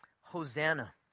hosanna